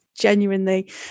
genuinely